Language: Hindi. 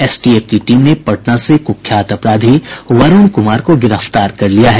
एसटीएफ की टीम ने पटना से कुख्यात अपराधी वरूण कुमार को गिरफ्तार कर लिया है